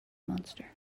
monster